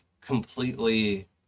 completely